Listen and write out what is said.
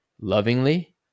lovingly